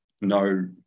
no